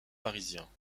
parisiens